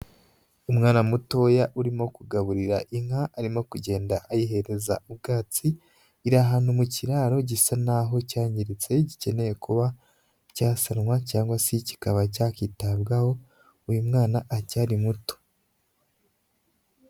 Umwana mutoya urimo kugaburira inka arimo kugenda ayihereza ubwatsi, iri ahantu mu kiraro gisa naho cyangiritse gikeneye kuba cyasanwa cyangwa se kikaba cyakitabwaho, uyu mwana aracyari muto